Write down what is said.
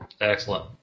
Excellent